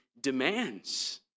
demands